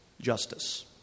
justice